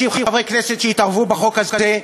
חברי כנסת שהתערבו בחוק הזה,